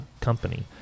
company